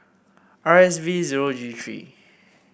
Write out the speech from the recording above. R S V zero G three